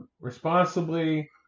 responsibly